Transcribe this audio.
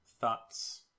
thoughts